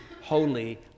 holy